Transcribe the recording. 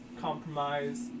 compromise